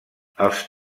els